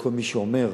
וכל מי שאומר